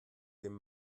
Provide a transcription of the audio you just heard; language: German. den